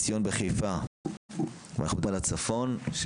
אנחנו מדברים על הצפון,